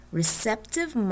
receptive